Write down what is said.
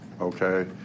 Okay